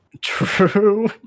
True